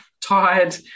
tired